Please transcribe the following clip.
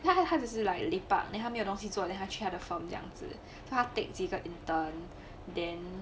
他他他只是 like lin park then 他没有东西做 then 他去他的 firm 这样子他 take 几个 intern then